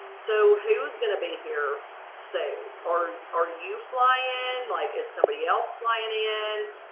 so who's gonna be here say or are you flying like it's somebody else flying and